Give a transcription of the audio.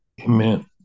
Amen